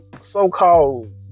so-called